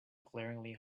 glaringly